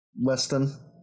weston